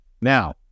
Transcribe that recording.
Now